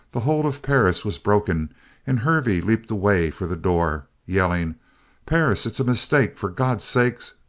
the hold of perris was broken and hervey leaped away for the door yelling perris it's a mistake for god's sake